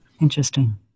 Interesting